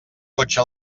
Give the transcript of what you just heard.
cotxe